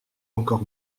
encore